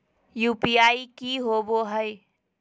UPI की होबो है?